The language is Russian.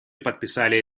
подписали